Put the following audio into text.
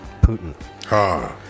Putin